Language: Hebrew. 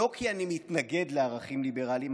לא כי אני מתנגד לערכים ליברליים.